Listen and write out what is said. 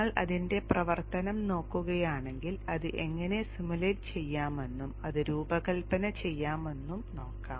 നിങ്ങൾ അതിന്റെ പ്രവർത്തനം നോക്കുകയാണെങ്കിൽ അത് എങ്ങനെ സിമുലേറ്റ് ചെയ്യാമെന്നും അത് രൂപകൽപ്പന ചെയ്യാമെന്നും നോക്കാം